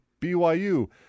BYU